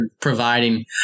providing